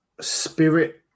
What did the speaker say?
spirit